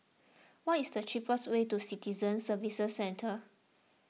what is the cheapest way to Citizen Services Centre